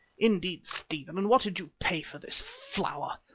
indeed, stephen, and what did you pay for this flower?